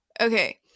Okay